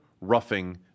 roughing